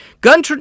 Gun